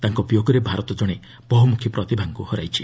ତାଙ୍କର ବିୟୋଗରେ ଭାରତ ଜଣେ ବହୁମୁଖୀ ପ୍ରତିଭାଙ୍କୁ ହରାଇଛି